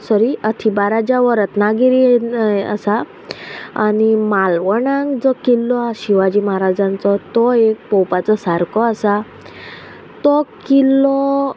sorry अथिबाराजा हो रत्नागिरी आसा आनी मालवणाक जो किल्लो आहा शिवाजी महाराजांचो तो एक पोवपाचो सारको आसा तो किल्लो